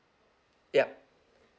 ya